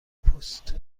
پست